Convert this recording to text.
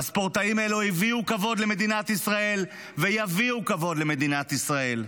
הספורטאים האלה הביאו כבוד למדינת ישראל ויביאו כבוד למדינת ישראל.